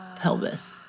Pelvis